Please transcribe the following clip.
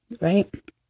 right